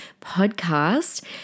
podcast